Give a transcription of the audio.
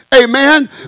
amen